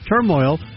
turmoil